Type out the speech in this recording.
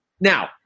Now